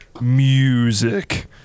music